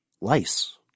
lice